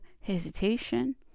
hesitation